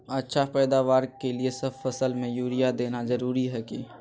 अच्छा पैदावार के लिए सब फसल में यूरिया देना जरुरी है की?